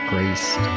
grace